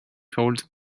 felt